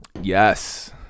Yes